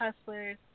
hustlers